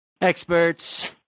experts